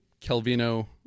Calvino